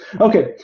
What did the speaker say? Okay